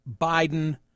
Biden